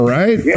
right